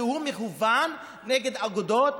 כי הוא מכוון נגד אגודות,